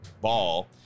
ball